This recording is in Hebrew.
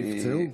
נפצעו.